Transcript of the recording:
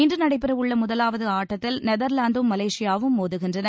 இன்று நடைபெறவுள்ள முதலாவது ஆட்டத்தில் நெதர்வாந்தும் மலேசியாவும் மோதுகின்றன